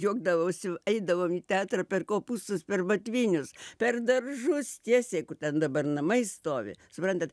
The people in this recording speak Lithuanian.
juokdavausi eidavom į teatrą per kopūstus per batvinius per daržus tiesiai ten dabar namai stovi suprantat